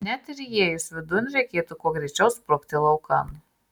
net ir įėjus vidun reikėtų kuo greičiau sprukti laukan